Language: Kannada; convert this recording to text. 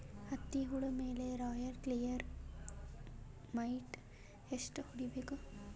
ಹತ್ತಿ ಹುಳ ಮೇಲೆ ರಾಯಲ್ ಕ್ಲಿಯರ್ ಮೈಟ್ ಎಷ್ಟ ಹೊಡಿಬೇಕು?